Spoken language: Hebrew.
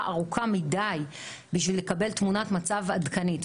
ארוכה מדי בשביל לקבל תמונת מצב עדכנית.